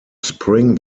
spring